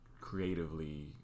creatively